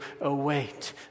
await